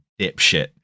dipshit